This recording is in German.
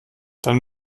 dann